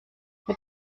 mit